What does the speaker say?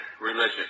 religion